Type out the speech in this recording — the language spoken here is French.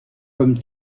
comme